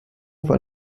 war